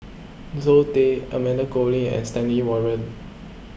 Zoe Tay Amanda Koe Lee and Stanley Warren